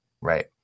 right